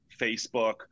Facebook